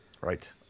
Right